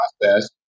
process